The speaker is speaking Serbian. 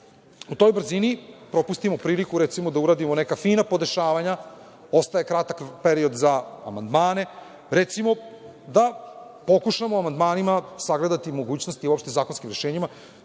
u toj brzini propustimo priliku da uradimo neka fina podešavanja, ostaje kratak period za amandmane, recimo, da amandmanima pokušamo sagledati mogućnosti u zakonskim rešenjima,